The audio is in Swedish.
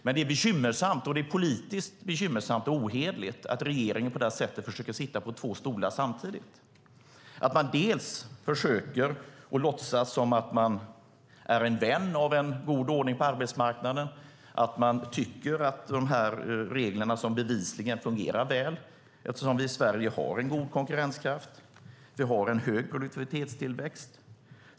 Men det är politiskt bekymmersamt och ohederligt att regeringen på dessa sätt försöker sitta på två stolar samtidigt. Man försöker låtsas som att man är en vän av en god ordning på arbetsmarknaden och att man tycker att dessa regler bevisligen fungerar väl eftersom vi i Sverige har en god konkurrenskraft och en hög produktivitetstillväxt.